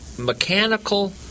mechanical